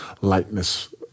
lightness